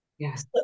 yes